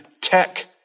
tech